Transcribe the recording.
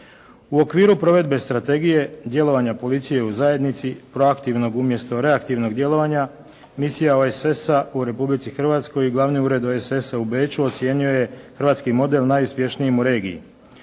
U okviru provedbe Strategije djelovanja policije u zajednici proaktivnog, umjesto reaktivnog djelovanja misija OESS-a u Republici Hrvatskoj, glavni Ured OESS-a u Beču ocijenio je hrvatski model najuspješnijim u regiji.